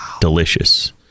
delicious